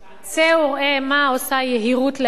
צא וראה מה עושה יהירות לאדם.